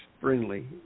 friendly